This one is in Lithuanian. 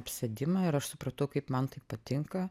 apsėdimą ir aš supratau kaip man tai patinka